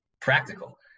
practical